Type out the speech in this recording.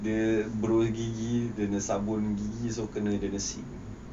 dia berus gigi dengan sabun gigi also kena dia punya sink